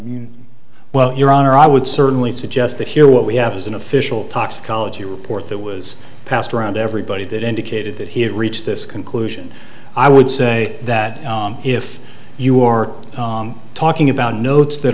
that well your honor i would certainly suggest that here what we have is an official toxicology report that was passed around everybody that indicated that he had reached this conclusion i would say that if you are talking about notes that